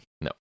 No